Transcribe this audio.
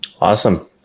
Awesome